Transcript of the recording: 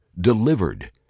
delivered